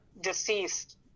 deceased